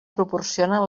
proporcionen